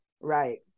right